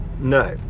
no